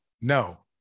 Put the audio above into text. No